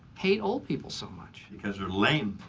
hate old people so much? because they're lame.